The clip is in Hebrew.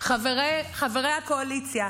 חברי הקואליציה,